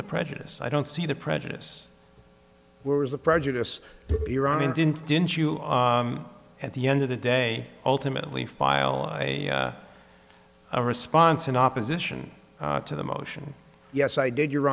the prejudice i don't see the prejudice where was the prejudice iran and didn't didn't you at the end of the day ultimately file a response in opposition to the motion yes i did your